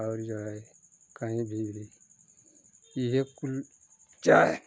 और जो है कहीं भी यह है कुल चाय